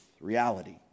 reality